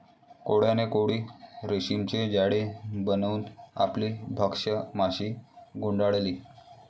कोळ्याने कोळी रेशीमचे जाळे बनवून आपली भक्ष्य माशी गुंडाळली